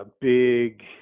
big